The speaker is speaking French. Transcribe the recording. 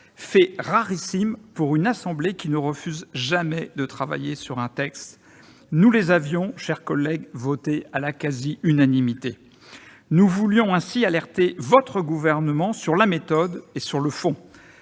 Fait rarissime pour une assemblée qui ne refuse jamais de travailler sur un texte, nous avions adopté ces motions, mes chers collègues, à la quasi-unanimité. Nous voulions ainsi alerter le Gouvernement sur la méthode et sur le fond.